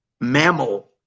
mammal